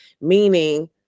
meaning